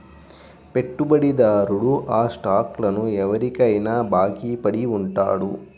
పెట్టుబడిదారుడు ఆ స్టాక్లను ఎవరికైనా బాకీ పడి ఉంటాడు